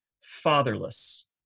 fatherless